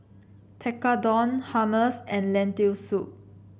Tekkadon Hummus and Lentil Soup